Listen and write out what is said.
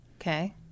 Okay